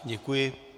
Děkuji.